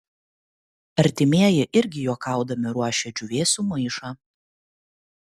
artimieji irgi juokaudami ruošia džiūvėsių maišą